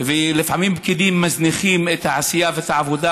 ולפעמים פקידים שמזניחים את העשייה ואת העבודה,